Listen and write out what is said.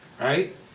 right